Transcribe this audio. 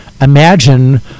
imagine